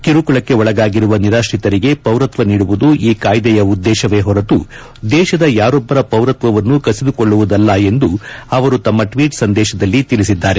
ಕಿರುಕುಳಕ್ಕೆ ಒಳಗಾಗಿರುವ ನಿರಾಶ್ರಿತರಿಗೆ ಪೌರತ್ವ ನೀಡುವುದು ಈ ಕಾಯ್ದೆಯ ಉದ್ದೇಶವೇ ಹೊರತು ದೇಶದ ಯಾರೊಬ್ಬರ ಪೌರತ್ವವನ್ನು ಕಸಿದುಕೊಳ್ಳುವುದಲ್ಲ ಎಂದು ಅವರು ತಮ್ಮ ಟ್ವೀಟ್ ಸಂದೇಶದಲ್ಲಿ ತಿಳಿಸಿದ್ದಾರೆ